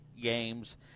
games